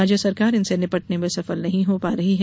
राज्य सरकार इनसे निपटने में सफल नहीं हो पा रही है